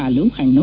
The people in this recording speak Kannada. ಹಾಲು ಹಣ್ಣು